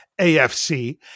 AFC